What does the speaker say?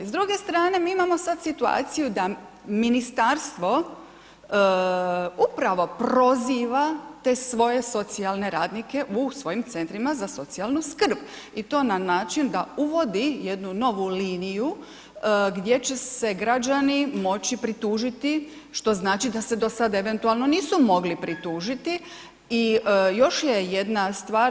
S druge strane mi imamo sad situaciju da ministarstvo upravo proziva te svoje socijalne radnike u svojim centrima za socijalnu skrbi i to na način da uvodi jednu novu liniju gdje će se građani moći pritužiti što znači da se do sada eventualno nisu mogli pritužiti i još je jedna stvar.